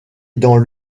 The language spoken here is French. dans